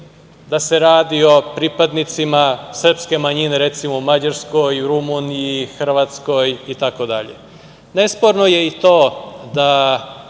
da se radi o pripadnicima srpske manjine, recimo, u Mađarskoj, Rumuniji, Hrvatskoj itd. Nesporno je i to da